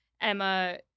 Emma